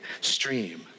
stream